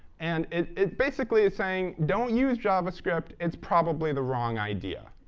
and it it basically is saying, don't use javascript. it's probably the wrong idea.